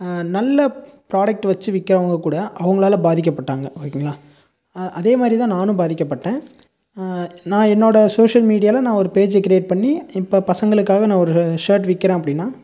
நல்ல ப்ராடக்ட் வச்சு விற்கிறவங்க கூட அவங்களால பாதிக்கப்பட்டாங்க ஓகேங்களா அதே மாதிரிதான் நானும் பாதிக்கப்பட்டேன் நான் என்னோடய சோஷியல் மீடியாவில நான் ஒரு பேஜ் க்ரியேட் பண்ணி இப்போ பசங்களுக்காக நான் ஒரு ஷேர்ட் விற்கிறன் அப்படினா